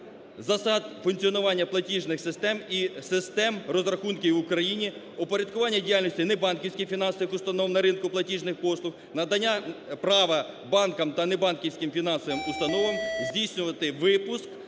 засад функціонування платіжних систем і систем розрахунків в Україні упорядкування діяльності небанківських фінансових установ на ринку платіжних послуг, надання права банкам та небанківським фінансовим установам здійснювати випуск